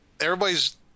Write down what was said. everybody's